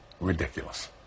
Ridiculous